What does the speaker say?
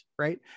right